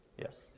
Yes